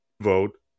Vote